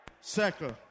Second